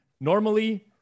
Normally